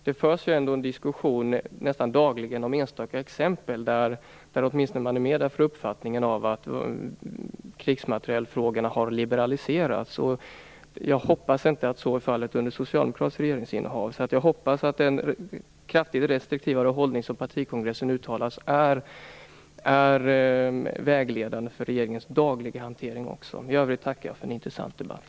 Det förs nästan dagligen en diskussion om enstaka exempel där man får uppfattningen att krigsmaterielfrågorna har liberaliserats. Jag hoppas att det inte är fallet under ett socialdemokratiskt regeringsinnehav. Jag hoppas att den kraftigt restriktivare hållning som partikongressen uttalat är vägledande för regeringens dagliga hantering. I övrigt tackar jag för en intressant debatt.